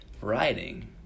writing